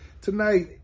tonight